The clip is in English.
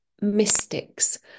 mystics